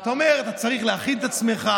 אתה אומר שאתה צריך להכין את עצמך.